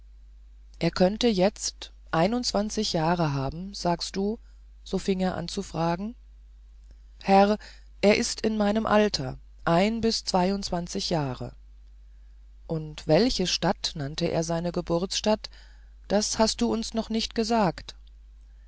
er könnte jetzt einundzwanzig jahre haben sagst du so fing er an zu fragen herr er ist in meinem alter ein bis zweiundzwanzig jahre und welche stadt nannte er seine geburtsstadt das hast du uns noch nicht gesagt